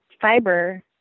fiber